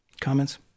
Comments